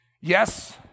Yes